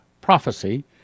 prophecy